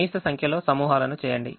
కనీస సంఖ్యలో సమూహాలను చేయండి